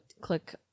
click